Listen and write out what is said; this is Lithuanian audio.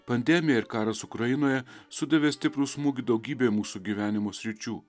pandemija ir karas ukrainoje sudavė stiprų smūgį daugybei mūsų gyvenimo sričių